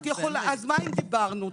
אז מה אם דברנו?